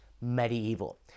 medieval